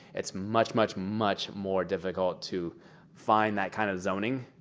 it's much, much, much more difficult to find that kind of zoning,